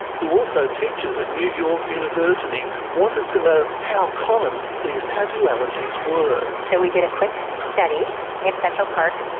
who also teaches at new york university, wanted to know how common these tattoo allergies were. and so we did a quick study in central park.